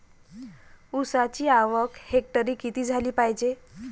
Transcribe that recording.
ऊसाची आवक हेक्टरी किती झाली पायजे?